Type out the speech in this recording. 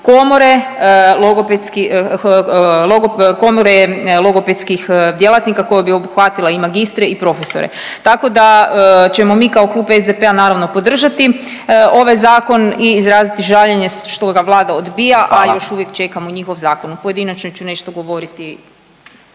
komore logopedskih djelatnika koja bi obuhvatila i magistre i profesore. Tako da ćemo mi kao Klub SDP-a naravno podržati ovaj zakon i izraziti žaljenje što ga Vlada odbija, a još uvijek čekamo njihov zakon. U pojedinačnoj ću nešto govoriti